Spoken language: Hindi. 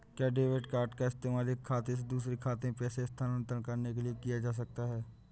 क्या डेबिट कार्ड का इस्तेमाल एक खाते से दूसरे खाते में पैसे स्थानांतरण करने के लिए किया जा सकता है?